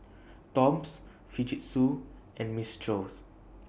Toms Fujitsu and Mistral